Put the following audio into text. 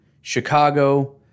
Chicago